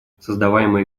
создаваемые